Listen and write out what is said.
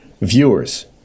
viewers